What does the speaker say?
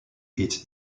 its